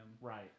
Right